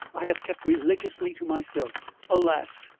i have kept religiously to myself. alas!